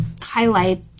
highlight